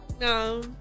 No